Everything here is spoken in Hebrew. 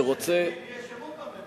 שרוצה, יש אמון בממשלה.